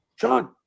John